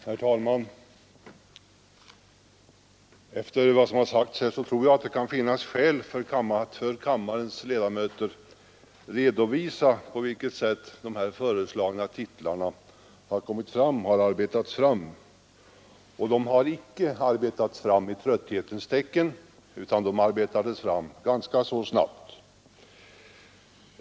Herr talman! Efter vad som har sagts här tror jag att det kan finnas skäl att för kammarens ledamöter redovisa på vilket sätt de nu föreslagna titlarna har arbetats fram. Det har icke skett i trötthetens tecken utan gjordes ganska snabbt.